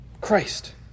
Christ